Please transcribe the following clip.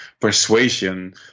persuasion